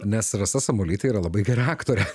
nes rasa samuolytė yra labai gera aktorė